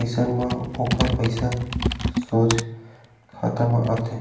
अइसन म ओखर पइसा सोझ खाता म आथे